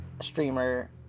streamer